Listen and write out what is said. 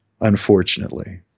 unfortunately